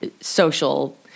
social